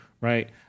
right